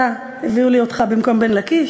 אתה, הביאו לי אותך במקום בן לקיש?